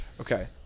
Okay